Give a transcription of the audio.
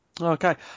Okay